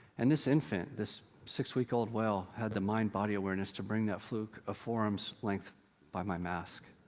and this infant, this six-week-old whale, had the mind-body awareness to bring that fluke a four arm's length by my mask.